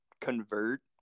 convert